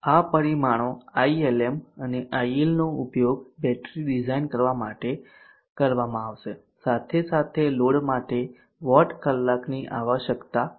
તેથી આ આ પરિમાણો ILM અને IL નો ઉપયોગ બેટરી ડિઝાઇન કરવા માટે કરવામાં આવશે સાથે સાથે લોડ માટે વોટની કલાકની આવશ્યકતા પણ છે